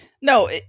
No